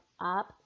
up